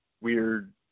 weird